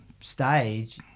stage